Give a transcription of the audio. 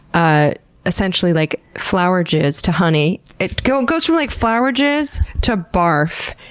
ah essentially, like flower jizz to honey. it goes goes from like flower jizz, to barf,